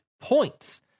points